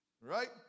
Right